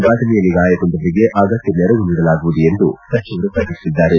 ಫಟನೆಯಲ್ಲಿ ಗಾಯಗೊಂಡವರಿಗೆ ಅಗತ್ತ ನೆರವು ನೀಡಲಾಗುವುದು ಎಂದು ಸಚಿವರು ಪ್ರಕಟಿಸಿದ್ದಾರೆ